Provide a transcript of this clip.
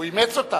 הוא אימץ אותן.